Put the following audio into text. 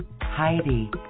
Heidi